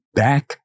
back